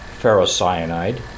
ferrocyanide